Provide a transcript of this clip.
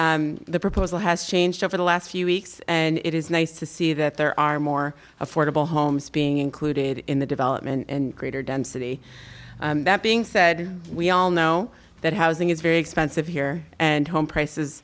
that the proposal has changed over the last few weeks and it is nice to see that there are more affordable homes being included in the development and greater density that being said we all know that housing is very expensive here and home prices